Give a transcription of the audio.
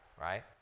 right